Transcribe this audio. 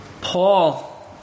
Paul